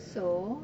so